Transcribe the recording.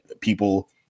people